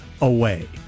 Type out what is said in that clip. away